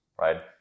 right